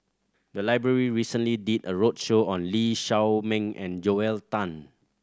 the library recently did a roadshow on Lee Shao Meng and Joel Tan